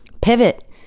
pivot